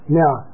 now